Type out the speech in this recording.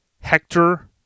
Hector